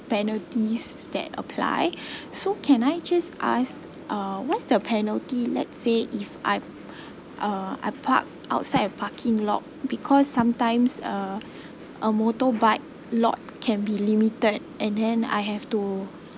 penalties that apply so can I just ask uh what's the penalty let's say if I uh I park outside a parking lot because sometimes uh uh motorbike lot can be limited and then I have to